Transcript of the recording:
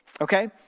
okay